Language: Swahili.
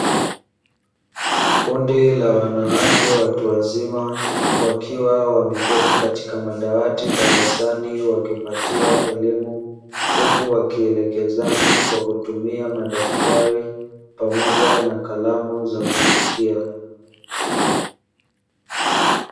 Kundi la wanawake watu wazima, wakiwa wameketi katika madawati darasani wakipatiwa elimu, huku wakielekezana kwa kutumia madaftari pamoja na kalamu za kuandikia.